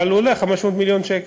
אבל הוא עולה 500 מיליון שקל,